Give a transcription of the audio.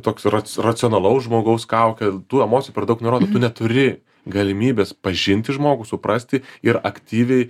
toks yra racionalaus žmogaus kaukė tų emocijų per daug nurodo tu neturi galimybės pažinti žmogų suprasti ir aktyviai